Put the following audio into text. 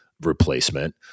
replacement